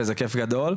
וזה כיף גדול.